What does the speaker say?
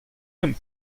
comme